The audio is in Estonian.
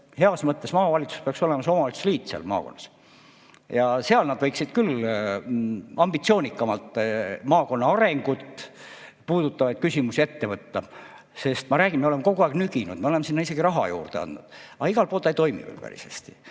heas mõttes maavalitsus peaks olema see omavalitsusliit seal maakonnas. Seal nad võiksid küll ambitsioonikamalt maakonna arengut puudutavaid küsimusi ette võtta, sest ma räägin, me oleme kogu aeg nüginud, me oleme sinna isegi raha juurde andnud, aga igal pool ta ei toimi päris hästi.